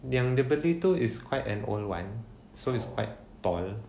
yang dia beli tu is quite an old one so it's quite tall